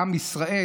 לעם ישראל,